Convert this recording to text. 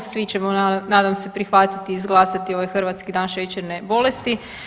Svi ćemo nadam se prihvatiti i izglasati ovaj Hrvatski dan šećerne bolesti.